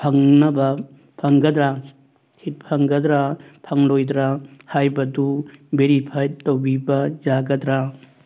ꯐꯪꯅꯕ ꯐꯪꯒꯗ꯭ꯔꯥ ꯁꯤꯠ ꯐꯪꯒꯗ꯭ꯔꯥ ꯐꯪꯂꯣꯏꯗ꯭ꯔꯥ ꯍꯥꯏꯕꯗꯨ ꯕꯦꯔꯤꯐꯥꯏ ꯇꯧꯕꯤꯕ ꯌꯥꯒꯗ꯭ꯔꯥ